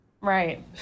right